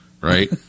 right